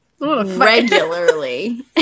regularly